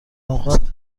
نقاط